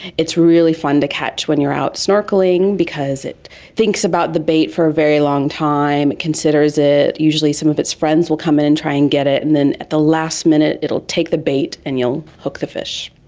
it's really fun to catch when you are out snorkelling because it thinks about the bait for a very long time, it considers it. usually some of its friends will come in and try to and get it, and then at the last minute it will take the bait and you will hook the fish.